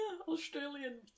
Australian